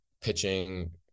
pitching